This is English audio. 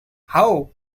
how